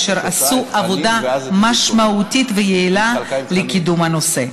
אשר עשו עבודה משמעותית ויעילה לקידום הנושא.